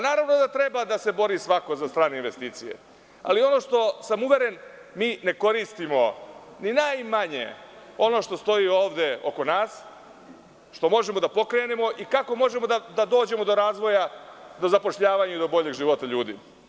Naravno da treba da se bori svako za strane investicije, ali ono u šta sam uveren jeste da mi ne koristimo ni najmanje ono što stoji ovde oko nas, što možemo da pokrenemo i kako možemo da dođemo do razvoja, zapošljavanja i boljeg života ljudi.